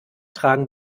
tragen